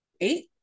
eight